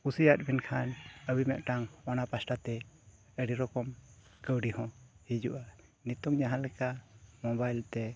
ᱠᱩᱥᱤᱭᱟᱜ ᱵᱤᱱ ᱠᱷᱟᱱ ᱟᱹᱵᱤᱱ ᱢᱤᱫᱴᱟᱝ ᱚᱱᱟ ᱯᱟᱥᱴᱟᱛᱮ ᱟᱹᱰᱤ ᱨᱚᱠᱚᱢ ᱠᱟᱹᱣᱰᱤ ᱦᱚᱸ ᱦᱤᱡᱩᱜᱼᱟ ᱱᱤᱛᱚᱜ ᱡᱟᱦᱟᱸ ᱞᱮᱠᱟ ᱛᱮ